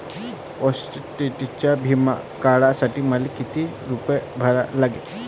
ॲक्सिडंटचा बिमा काढा साठी मले किती रूपे भरा लागन?